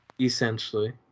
Essentially